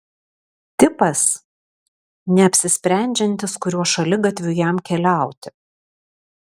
tipas neapsisprendžiantis kuriuo šaligatviu jam keliauti